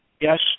yes